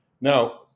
Now